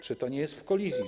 Czy to nie jest w kolizji?